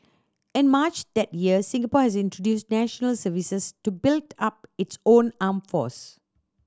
in March that year Singapore had introduced national services to build up its own armed force